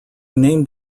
named